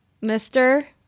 mister